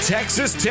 Texas